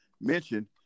mentioned